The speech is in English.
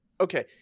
okay